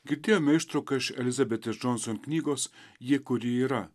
girdėjome ištrauka iš elizabetės džonson knygos ji kuri yra